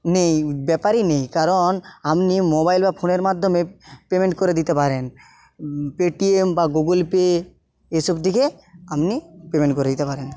নেই ব্যাপারই নেই কারণ আপনি মোবাইল বা ফোনের মাধ্যমে পেমেন্ট করে দিতে পারেন পেটিএম বা গুগুলপে এসব দেখে আপনি পেমেন্ট করে দিতে পারেন